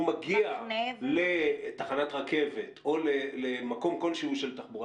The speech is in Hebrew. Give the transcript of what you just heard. הוא מגיע לתחנת רכבת או למקום כלשהו של תחבורה